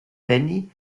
benny